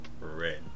red